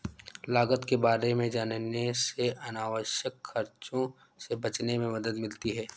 लागत के बारे में जानने से अनावश्यक खर्चों से बचने में मदद मिलती है